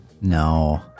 No